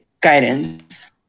guidance